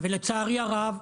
ולצערי הרב,